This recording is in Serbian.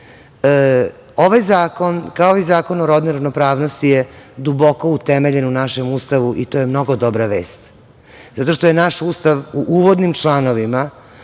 zakon, kao i Zakon o rodnoj ravnopravnosti je duboko utemeljen u našem Ustavu i to je mnogo dobra vest, zato što je naš Ustav u uvodnim članovima